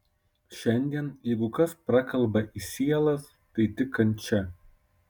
šiandien jeigu kas prakalba į sielas tai tik kančia